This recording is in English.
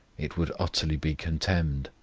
it would utterly be contemned.